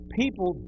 people